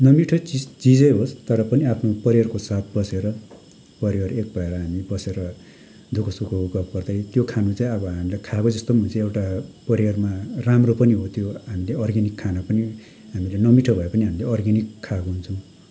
नमिठो चिस् चिजै होस् तर पनि आफ्नो परिवारको साथ बसेर परिवार एक भएर हामी बसेर दुःख सुखको गफ गर्दै त्यो खानु चाहिँ अब हामीलाई खाएको जस्तो पनि हुन्छ एउटा परिवारमा राम्रो पनि हो त्यो हामीले अर्ग्यानिक खानु पनि हामीले नमिठो भए पनि हामीले अर्ग्यानिक खाएको हुन्छौँ